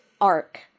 arc